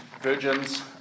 virgins